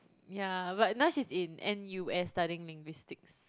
yeah but now she's in n_u_s studying linguistic